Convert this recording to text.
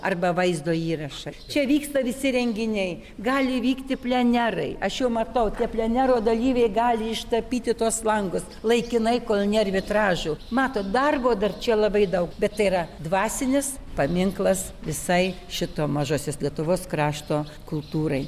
arba vaizdo įrašą čia vyksta visi renginiai gali vykti plenerai aš jau matau tie plenero dalyviai gali ištapyti tuos langus laikinai kol nėr vitražų matot darbo dar čia labai daug bet tai yra dvasinis paminklas visai šito mažosios lietuvos krašto kultūrai